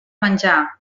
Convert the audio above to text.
menjar